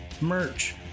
merch